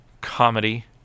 Comedy